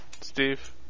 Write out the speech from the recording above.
Steve